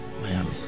Miami